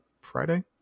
Friday